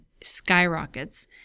skyrockets